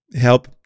help